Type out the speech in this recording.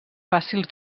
fàcils